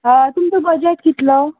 हय तुमचो बजट कितलो